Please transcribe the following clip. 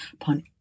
upon